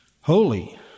holy